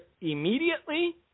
immediately